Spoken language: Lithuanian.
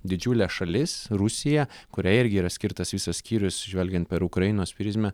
didžiulė šalis rusija kuriai irgi yra skirtas visas skyrius žvelgiant per ukrainos prizmę